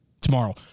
tomorrow